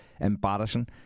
Embarrassing